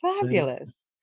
fabulous